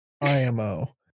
IMO